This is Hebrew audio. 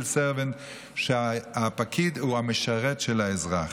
servant ; הפקיד הוא המשרת של האזרח.